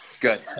Good